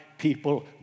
People